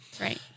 Right